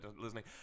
listening